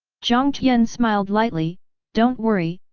jiang tian smiled lightly don't worry,